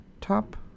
top